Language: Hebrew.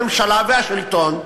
הממשלה והשלטון והממסד,